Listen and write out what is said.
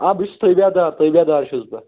آ بہٕ چھُس تابعدار تابعدار چھُس بہٕ